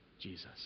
Jesus